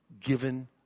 given